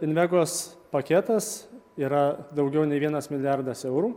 invegos paketas yra daugiau nei vienas milijardas eurų